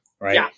Right